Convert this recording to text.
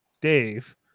Dave